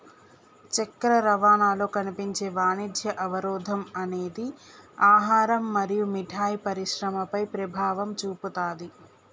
చక్కెర రవాణాలో కనిపించే వాణిజ్య అవరోధం అనేది ఆహారం మరియు మిఠాయి పరిశ్రమపై ప్రభావం చూపుతాది